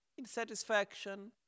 insatisfaction